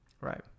right